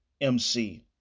MC